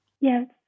Yes